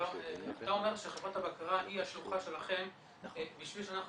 אתה אומר שחברת הבקרה היא השלוחה שלכם בשביל שאנחנו